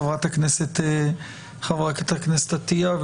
חה"כ עטייה.